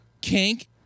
kink